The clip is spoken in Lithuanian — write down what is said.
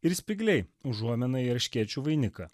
ir spygliai užuomina į erškėčių vainiką